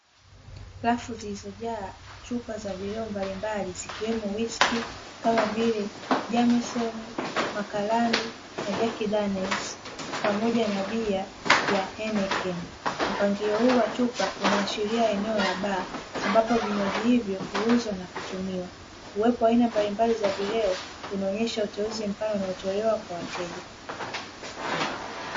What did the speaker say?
Rafu zilizojaa chupa vileo mbalimbali zikiwemo wiski kama vile jamisoni, makalani pamoja na bia ya henekeni mpangilio huu wa chupa unaashiria eneo la baa ambavyo vinywaji hivyo uuzwa na kutumia uwepo wa aina mbalimbali wa kileo unaonyesha uteuzi mpana unatolewa kwa wateja.